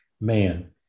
man